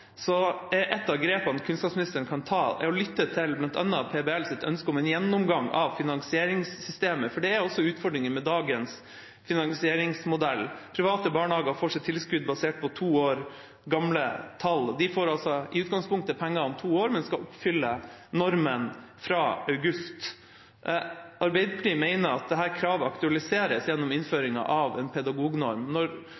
et av grepene kunnskapsministeren kan ta, å lytte til bl.a. PBLs ønske om en gjennomgang av finansieringssystemet, for det er også utfordringer med dagens finansieringsmodell. Private barnehager får sitt tilskudd basert på to år gamle tall. De får i utgangspunktet penger om to år, men skal oppfylle normen fra august. Arbeiderpartiet mener at dette kravet aktualiseres gjennom